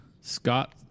Scott